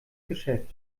geschäft